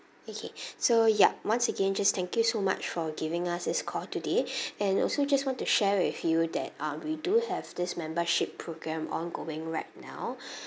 okay so ya once again just thank you so much for giving us this call today and also just want to share with you that uh we do have this membership program ongoing right now